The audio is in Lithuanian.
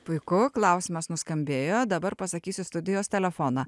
puiku klausimas nuskambėjo dabar pasakysiu studijos telefoną